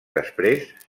després